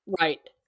Right